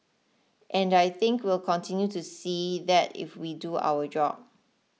and I think we'll continue to see that if we do our job